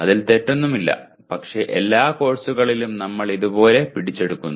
അതിൽ തെറ്റൊന്നുമില്ല പക്ഷേ എല്ലാ കോഴ്സുകളിലും നമ്മൾ ഇതുപോലെ പിടിച്ചെടുക്കുന്നു